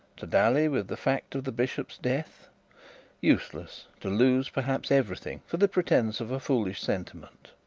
to dally with the fact of the bishop's death useless to lose perhaps everything for the pretence of a foolish sentiment.